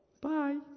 Bye